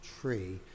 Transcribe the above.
tree